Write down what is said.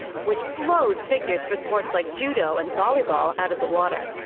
which blows figures for sports like judo and volleyball out of the water.